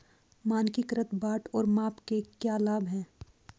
मानकीकृत बाट और माप के क्या लाभ हैं?